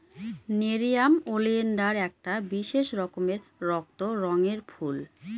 nerium oleander একটা বিশেষ রকমের রক্ত রঙের ফুল